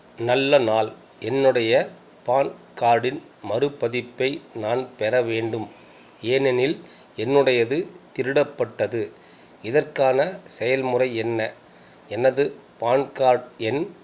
நல்ல நாள் என்னுடைய பான் கார்டின் மறுபதிப்பை நான் பெற வேண்டும் ஏனெனில் என்னோடயது திருடப்பட்டது இதற்கான செயல்முறை என்ன எனது பான் கார்ட் எண்